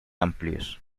amplios